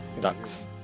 Ducks